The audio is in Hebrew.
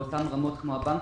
באותן רמות כמו הבנקים.